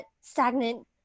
stagnant